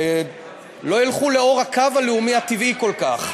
לא ילכו לאור הקו הלאומי הטבעי כל כך.